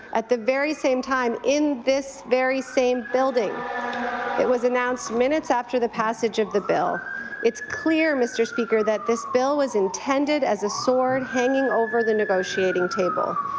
at the very same time in this very same building it was announced minutes after the passage of the bill it's clear, mr. speaker that this bill was intended as a sword hanging over the negotiating table.